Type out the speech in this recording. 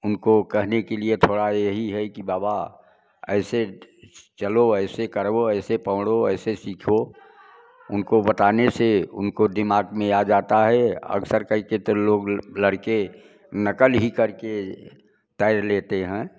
उनको कहने के लिए थोड़ा ये ही है कि बाबा ऐसे चलो ऐसे करो ऐसे पौड़ो ऐसे सीखो उनको बताने से उनको दिमाग में आ जाता है अक्सर कई कई ठे तो लोग लड़के नकल ही करके तैर लेते हैं